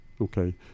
okay